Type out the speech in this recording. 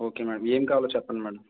okay madam ఏం కావాలో చెప్పండి మ్యాడమ్